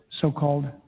so-called